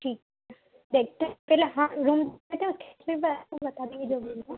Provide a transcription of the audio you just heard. ठीक है देखते हैं पहले हाँ रूम लेते हैं उसके बाद आपको बता देंगे जब होगा